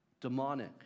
demonic